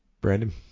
Brandon